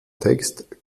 text